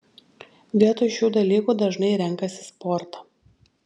vietoj šių dalykų dažnai renkasi sportą